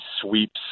sweeps